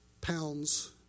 pounds